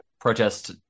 protest